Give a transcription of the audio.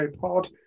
pod